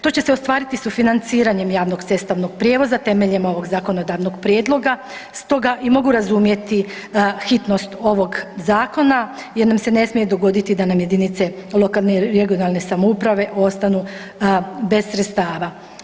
To će se ostvariti sufinanciranjem javnog cestovnog prijevoza temeljem ovog zakonodavnog prijedloga stoga i mogu razumjeti hitnost ovog zakona jer nam se ne smije dogoditi da nam jedinice lokalne i regionalne samouprave ostanu bez sredstava.